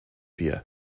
wir